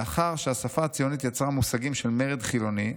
מאחר שהשפה הציונית יצרה מושגים של מרד חילוני,